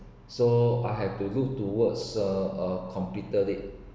so I have to look towards uh completed it